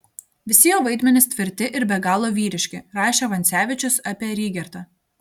visi jo vaidmenys tvirti ir be galo vyriški rašė vancevičius apie rygertą